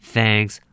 Thanks